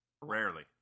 Rarely